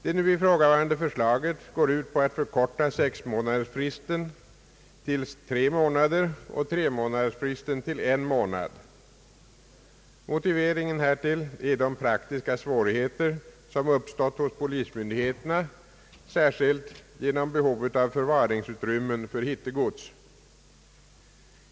Det nu ifrågavarande förslaget går ut på att förkorta sexmånadersfristen till tre månader och tremånadersfristen till en månad. Motiveringen härtill är de praktiska svårigheter som uppstått hos polismyndigheterna, särskilt genom behovet av förvaringsutrymmen för hittegods.